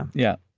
yeah. yeah.